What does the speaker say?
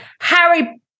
Harry